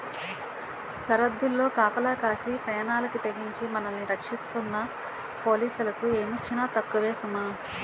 సరద్దుల్లో కాపలా కాసి పేనాలకి తెగించి మనల్ని రచ్చిస్తున్న పోలీసులకి ఏమిచ్చినా తక్కువే సుమా